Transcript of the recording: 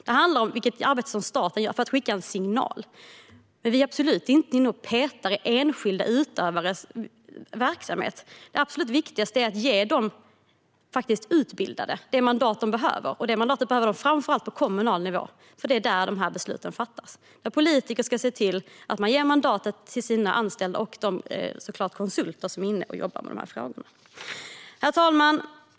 Det handlar om det arbete som staten gör för att skicka en signal, men vi är absolut inte inne och petar i enskilda utövares verksamhet. Det absolut viktigaste är att ge de utbildade de mandat som de behöver. Det gäller framför allt på kommunal nivå. Det är där som besluten fattas. Politiker ska se till att ge mandat till sina anställda och de konsulter som jobbar med dessa frågor. Herr talman!